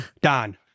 Don